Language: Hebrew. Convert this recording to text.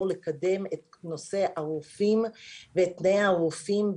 לקדם את נושא הרופאים ואת תנאי הרופאים.